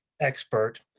expert